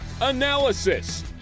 analysis